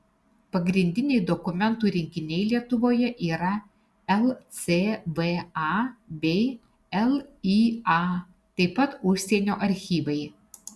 pagrindiniai dokumentų rinkiniai lietuvoje yra lcva bei lya taip pat užsienio archyvai